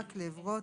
מקלב, רוטמן,